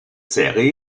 série